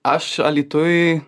aš alytuj